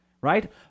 Right